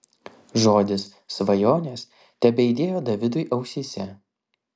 žodis svajonės tebeaidėjo davidui ausyse